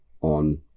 on